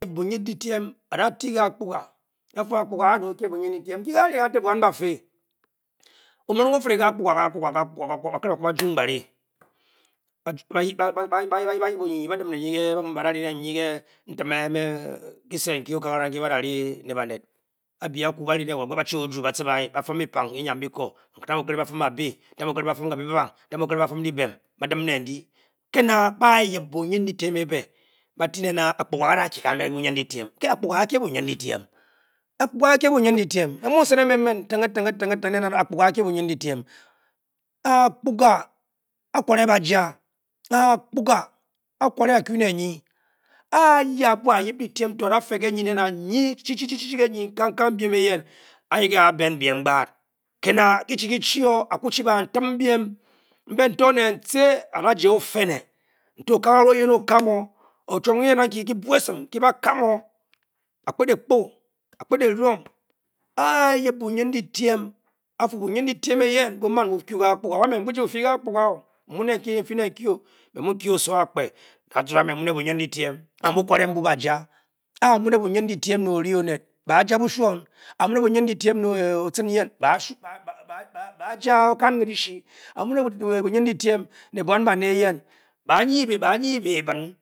Bunindidyme a'da ti kē akpuga afu akpuga ke-a'da o-kye bunindidyme nkyi ké avi kantak bwan báfé omiring otere ke-akpuga. ba' ku jung bā vi ba'-yip onyi-nyi ba'dim ne nyi ke' kiket nkyi báá da' rine nyi ke kesi nkyi n'bȧá ri'ne-banet. ba'vc ne wo. ba-u-i-o ju ba'fum byi-pan ke enyau bikȯȯ ba'fum abi. ba'fum ka-babe. ba'fun dyibem ba dim ne nbyi ke'na ba-yip bundindyme e'be ba'ti nem a'akpuga ke'a'da kye bundindyme ke akpuga a'kye bunindidyme. me' mu'ce'ndeṉg bên tinge-tinge nen'aa akpuga a'kye bunindidyme akpuga a'kware ba ja akpuga a'kwarē a'ku ne'nyi aā yip dyi-dyme to adate ke'nyi a'fu nyi ke-nyi kang-kang byiem ēyen a'nyi ke-a bên byiem gba'at ke. na'kyi-chi kyi chi-o a'ku chi baa' tim byiem mbe-n'too ne cii a'ma'taa-ofene. n'too okagara oyen o'kam-o o'chwom nkyi eyen a'kyi kyi-bwa esime kyi ba. kam-o a'kpet ekpu a'kpet e-juom. aá yip bundindyme a'fu bundindyme eyen bu'man bu'ku'ke-akpuga wa'me nbū ji bu'fi ke. akpuge-o mu' ne kyi n'fi ne kyi-o me mu kǵe osowo a-kpéé. a'mu ne' bunindidyme ne ori-onet ba'-shwan. a'mu. ne bunindidyme e o-cin yen ba'jē o'kan ke' di shee. ne bwan bāā eyen baa nyi bii-ben